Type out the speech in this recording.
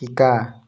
শিকা